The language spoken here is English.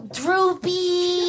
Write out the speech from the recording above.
droopy